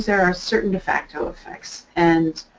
so are certain de facto effects. and